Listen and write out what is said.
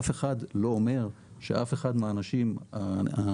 אף אחד לא אומר שאף אחד מהאנשים הנוכחים